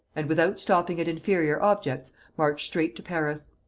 and without stopping at inferior objects, march straight to paris.